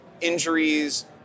injuries